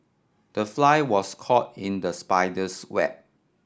the fly was caught in the spider's web